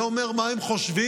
זה אומר מה הם חושבים